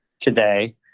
today